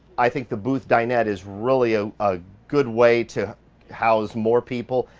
i think the booth dinette is really a ah good way to house more people.